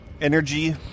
energy